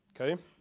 Okay